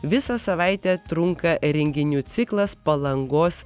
visą savaitę trunka renginių ciklas palangos